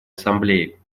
ассамблеи